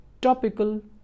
topical